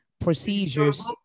procedures